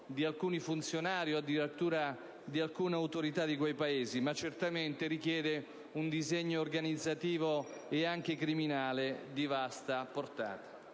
di alcuni funzionari o addirittura di alcune autorità di quei Paesi, ma sottolineo che essi richiedono un disegno organizzativo e criminale di vasta portata.